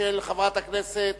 של חברת הכנסת